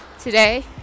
Today